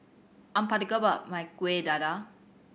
I'm particular about my Kueh Dadar